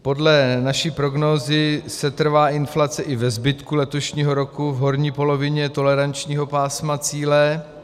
Podle naší prognózy setrvá inflace i ve zbytku letošního roku v horní polovině tolerančního pásma cíle.